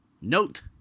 Note